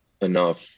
enough